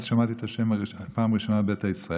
אז שמעתי את השם הזה בפעם הראשונה, ביתא ישראל.